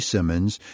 Simmons